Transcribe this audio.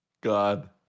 God